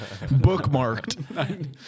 bookmarked